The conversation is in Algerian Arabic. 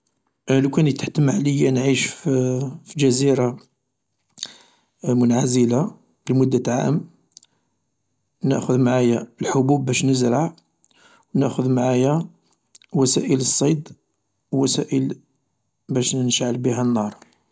لوكان يتحتم عليا نعيش في جزيرة منعزلة لمدة عام ناخذ معايا الحبوب باش نزرع و ناخذ معايا وسائل الصيد ووسائل باش نشعل بيها النار